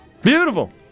Beautiful